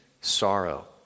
sorrow